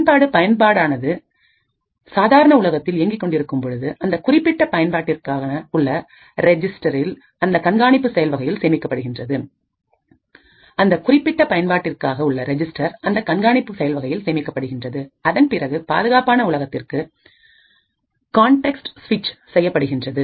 பயன்பாடு பயன்பாடானது சாதாரண உலகத்தில் இயங்கிக் கொண்டிருக்கும் பொழுது அந்த குறிப்பிட்ட பயன்பாட்டிற்காக உள்ள ரெஜிஸ்டர் அந்த கண்காணிப்பு செயல் வகையில் சேமிக்கப்படுகிறது அதன் பிறகு பாதுகாப்பான உலகத்திற்கு கான்டக்ஸ்ட் ஸ்விச் செய்யப்படுகின்றது